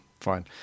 fine